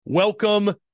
Welcome